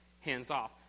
hands-off